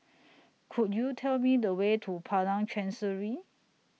Could YOU Tell Me The Way to Padang Chancery